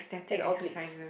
and obliques